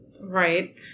Right